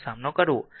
નો સામનો કરવો